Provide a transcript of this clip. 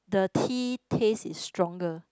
the tea taste is stronger